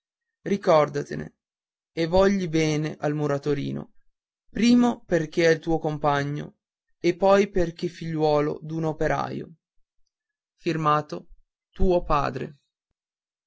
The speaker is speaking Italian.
ricordatene e vogli bene al muratorino prima perché è tuo compagno poi perché è figliuolo d'un operaio